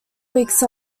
weeks